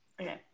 Okay